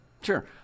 Sure